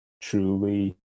truly